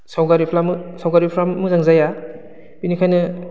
सावगारिफ्राबो सावगारिफ्रा मोजां जाया बिनिखायनो